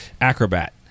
acrobat